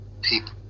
people